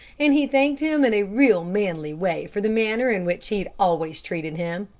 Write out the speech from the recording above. and he thanked him in a real manly way for the manner in which he had always treated him.